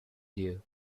you